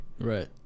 Right